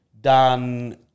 done